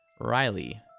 Riley